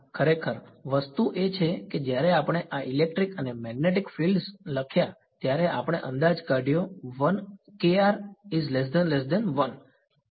ખરેખર વસ્તુ એ છે કે જ્યારે આપણે આ ઇલેક્ટ્રિક અને મેગ્નેટિક ફીલ્ડ્સ લખ્યા ત્યારે આપણે અંદાજ કાઢયો